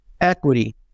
equity